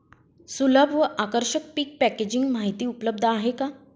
सुलभ व आकर्षक पीक पॅकेजिंग माहिती उपलब्ध आहे का?